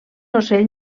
ocell